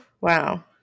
wow